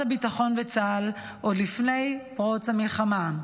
הביטחון וצה"ל עוד לפני פרוץ המלחמה.